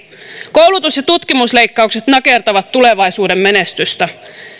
koulutus ja tutkimusleikkaukset nakertavat tulevaisuuden menestystä